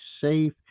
safe